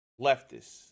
leftists